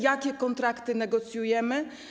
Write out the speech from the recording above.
Jakie kontrakty negocjujemy?